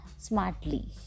Smartly